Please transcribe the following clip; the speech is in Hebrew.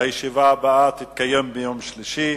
הישיבה הבאה תתקיים ביום שלישי,